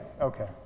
Okay